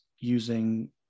using